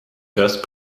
dust